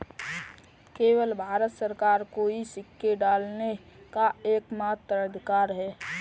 केवल भारत सरकार को ही सिक्के ढालने का एकमात्र अधिकार है